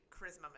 charisma